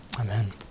amen